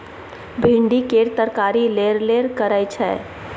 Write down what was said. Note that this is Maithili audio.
भिंडी केर तरकारी लेरलेर करय छै